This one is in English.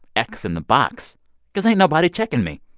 x in the box cause ain't nobody checking me.